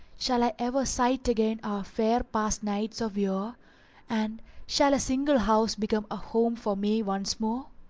shall i ever sight again our fair past nights of your and shall a single house become a home for me once more?